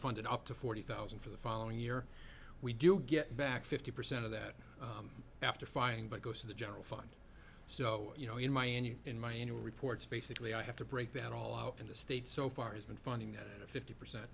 find it up to forty thousand for the following year we do get back fifty percent of that after firing but go to the general fund so you know in my opinion in my annual reports basically i have to break that all out in the states so far has been finding that a fifty percent